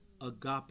agape